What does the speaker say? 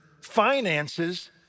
finances